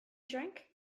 drink